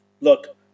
look